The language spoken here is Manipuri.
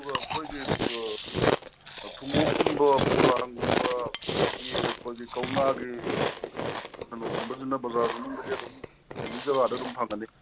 ꯑꯗꯨꯒ ꯑꯩꯈꯣꯏꯒꯤ ꯊꯨꯝꯃꯣꯛꯀꯨꯝꯕ ꯄꯣꯂꯥꯡꯒꯨꯝꯕ ꯑꯗꯒꯤ ꯑꯩꯈꯣꯏꯒꯤ ꯀꯧꯅꯥꯒꯤ ꯀꯩꯅꯣꯒꯨꯝꯕꯁꯤꯅ ꯕꯖꯥꯔ ꯃꯇꯨꯡꯗꯒꯤ ꯑꯗꯨꯝ ꯑꯦꯅꯤ ꯖꯒꯥꯗ ꯑꯗꯨꯝ ꯐꯪꯒꯅꯤ